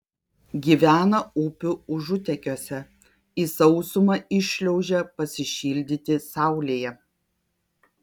gyvena upių užutekiuose į sausumą iššliaužia pasišildyti saulėje